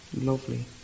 Lovely